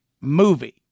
movie